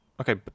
okay